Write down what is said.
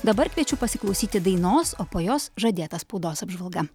dabar kviečiu pasiklausyti dainos o po jos žadėta spaudos apžvalga